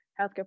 healthcare